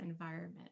environment